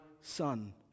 Son